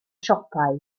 siopau